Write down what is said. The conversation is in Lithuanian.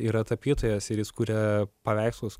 yra tapytojas ir jis kuria paveikslus